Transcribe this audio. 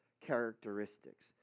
characteristics